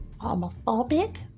homophobic